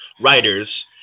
writers